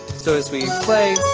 so as we play,